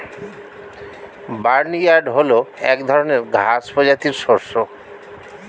barnyard হল এক ধরনের ঘাস প্রজাতির শস্য